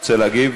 רוצה להגיב?